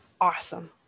awesome